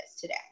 today